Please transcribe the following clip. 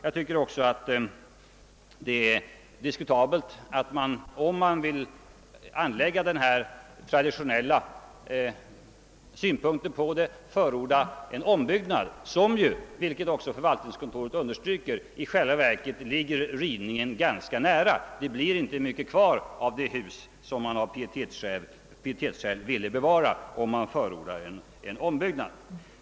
Jag tycker också att det är diskutabelt att, om man vill anlägga denna traditionella synpunkt, förorda ombygsgnad som ju, vilket också förvaltningskontoret understryker, i själva verket ligger rivningen ganska nära. Det blir inte mycket kvar av det hus som man av pietetsskäl vill bevara, om man förordar en ombyggnad.